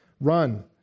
Run